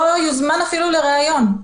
הוא לא יוזמן אפילו לריאיון.